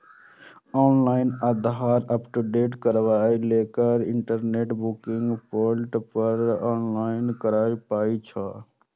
online Aadhaar update कराबै लेल internet banking portal पर लॉगइन करय पड़ै छै